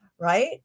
right